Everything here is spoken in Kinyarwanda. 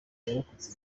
yarokotse